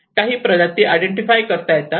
काही प्रजाती आयडेंटिफाय करता येतात